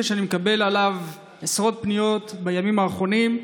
שאני מקבל בו עשרות פניות בימים האחרונים.